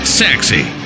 sexy